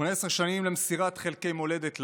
18 שנים למסירת חלקי מולדת לאויב,